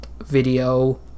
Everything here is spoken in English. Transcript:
video